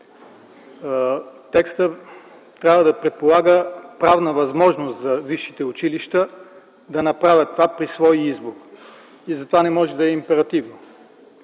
Текстът трябва да предполага правна възможност за висшите училища да направят това по свой избор. Затова не може да е императивно.